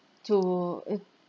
to it